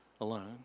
Alone